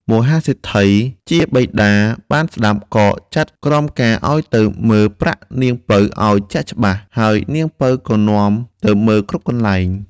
មហាសេដ្ឋីជាបិតាបានស្ដាប់ ក៏ចាត់ក្រមការឲ្យទៅមើលប្រាក់នាងពៅឲ្យជាក់ច្បាស់ ហើយនាងពៅក៏នាំទៅមើលគ្រប់កន្លែង ។